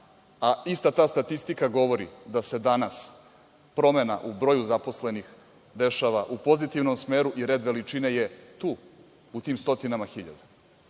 a ista ta statistika govori da se danas promena u broju zaposlenih dešava u pozitivnom smeru i red veličine je tu, u tim stotinama hiljada. To